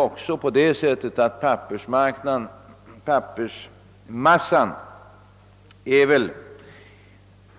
Vidare är väl pappersmassan